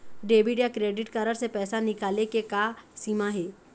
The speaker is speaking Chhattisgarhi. डेबिट या क्रेडिट कारड से पैसा निकाले के का सीमा हे?